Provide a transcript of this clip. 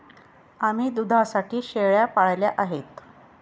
आम्ही दुधासाठी शेळ्या पाळल्या आहेत